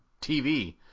TV